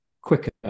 quicker